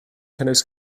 cynnwys